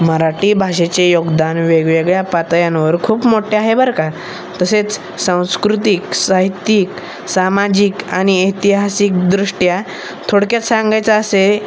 मराठी भाषेचे योगदान वेगवेगळ्या पातळ्यांवर खूप मोठ्या आहे बरं का तसेच संस्कृतिक साहित्यिक सामाजिक आणि ऐतिहासिक दृष्ट्या थोडक्यात सांगायचं असे